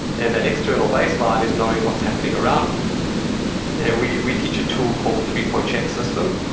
and that external baseline is knowing what's happening around me and we we teach a tool called the three point check system.